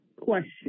question